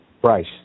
price